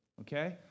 Okay